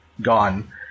gone